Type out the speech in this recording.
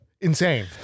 Insane